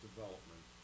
development